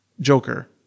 Joker